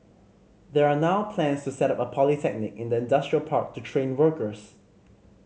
there are now plans to set up a polytechnic in the industrial park to train workers